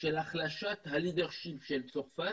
של החלשת המנהיגות של צרפת,